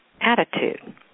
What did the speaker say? attitude